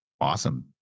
Awesome